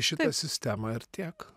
šitą sistemą ir tiek